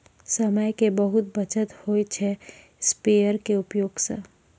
समय के बहुत बचत होय छै स्प्रेयर के उपयोग स